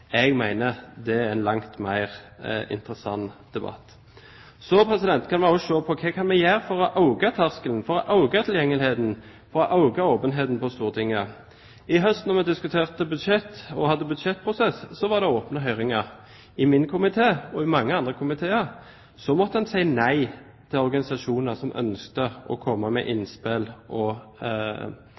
Jeg mener dét er en langt mer interessant debatt. Så kan man også se på hva man kan gjøre for å senke terskelen, for å øke tilgjengeligheten og for å øke åpenheten på Stortinget. I høst, da vi diskuterte budsjett og hadde budsjettprosess, var det åpne høringer. I min komité og i mange andre komiteer måtte man si nei til organisasjoner som ønsket å komme med innspill og